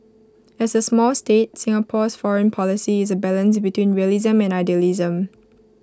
as A small state Singapore's foreign policy is A balance between realism and idealism